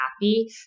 happy